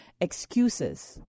excuses